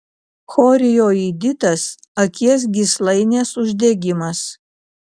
chorioiditas akies gyslainės uždegimas